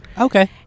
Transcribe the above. Okay